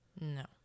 No